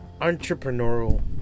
entrepreneurial